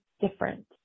different